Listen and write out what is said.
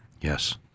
Yes